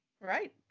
Right